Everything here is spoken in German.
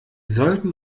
sollten